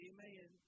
Amen